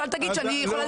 אני באתי